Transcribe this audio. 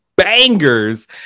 Bangers